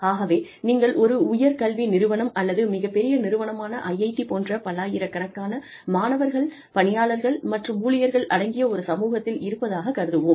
ஆகவே நீங்கள் ஒரு உயர் கல்வி நிறுவனம் அல்லது மிகப்பெரிய நிறுவனமான IIT போன்ற பல்லாயிரக்கணக்கான மாணவர்கள் பணியாளர்கள் மற்றும் ஊழியர்கள் அடங்கிய ஒரு சமூகத்தில் இருப்பதாகக் கருதுவோம்